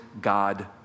God